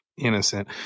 innocent